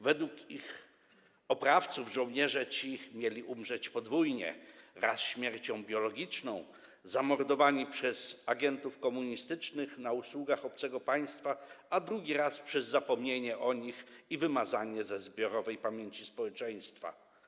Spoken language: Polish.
Według ich oprawców żołnierze ci mieli umrzeć podwójnie - raz śmiercią biologiczną, zamordowani przez agentów komunistycznych na usługach obcego państwa, a drugi raz przez zapomnienie o nich i wymazanie ze zbiorowej pamięci społeczeństwa.